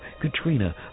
Katrina